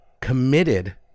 committed